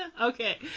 Okay